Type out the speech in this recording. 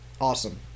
awesome